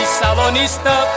salonista